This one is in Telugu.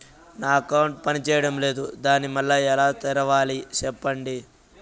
నా అకౌంట్ పనిచేయడం లేదు, దాన్ని మళ్ళీ ఎలా తెరవాలి? సెప్పండి